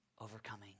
overcoming